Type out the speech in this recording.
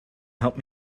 help